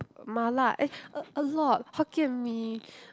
Mala eh a a lot Hokkien Mee